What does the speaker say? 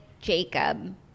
Jacob